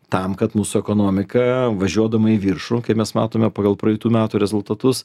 tam kad mūsų ekonomika važiuodama į viršų kaip mes matome pagal praeitų metų rezultatus